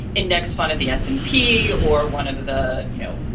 index fund of the s and p or one of the, you know,